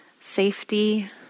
safety